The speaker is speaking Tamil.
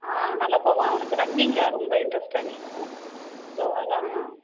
ஆ நல்லா போவான் அவனுக்கு ரன்னிங்ல ரொம்ப இன்ட்ரெஸ்ட் அதிகம் ஸோ அதுதான்